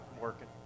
working